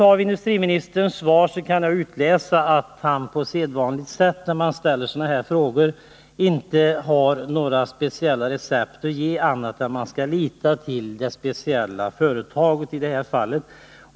Av industriministerns svar kan jag utläsa att han — som vanligt när man ställer sådana här frågor — inte har några speciella recept att ge annat än att man skall lita till det speciella företaget.